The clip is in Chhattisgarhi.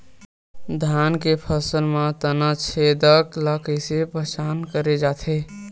धान के फसल म तना छेदक ल कइसे पहचान करे जाथे?